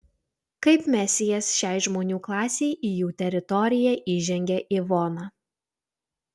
kaip mesijas šiai žmonių klasei į jų teritoriją įžengia ivona